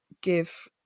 give